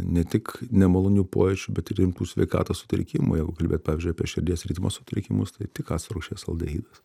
ne tik nemalonių pojūčių bet ir rimtų sveikatos sutrikimų jeigu kalbėt pavyzdžiui apie širdies ritmo sutrikimus tai tik acto rūgšties aldehidas